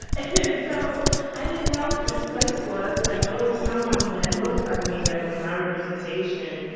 and so i didn't know what this place was, but there was someone that looked like me that was my representation.